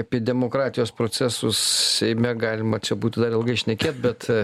apie demokratijos procesus seime galima čia būtų dar ilgai šnekėt bet